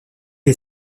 est